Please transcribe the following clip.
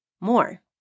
more